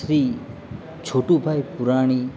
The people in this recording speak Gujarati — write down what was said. શ્રી છોટુભાઈ પુરાણી